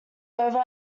over